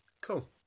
Cool